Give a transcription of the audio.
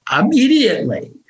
immediately